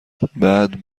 بعد